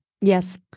Yes